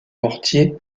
mortier